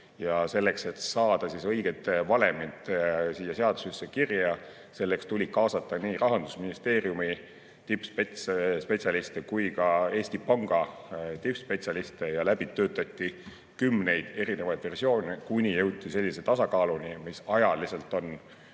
ja selleks, et saada õige valem siia seadusesse kirja, tuli kaasata nii Rahandusministeeriumi tippspetsialiste kui ka Eesti Panga tippspetsialiste. Läbi töötati kümneid erinevaid versioone, kuni jõuti sellise tasakaaluni, mis ajaliselt